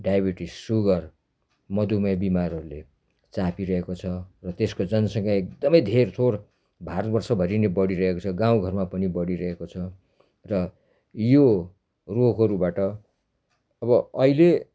diabetes sugar मधुमेह बिमारहरूले चापिरहेको छ र त्यसको जनसङ्ख्या एकदमै धेरथोर भारतवर्षभरि नै बढिरहेको छ गाउँघरमा पनि बढिरहेको छ र यो रोगहरूबाट अब अहिले